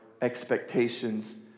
expectations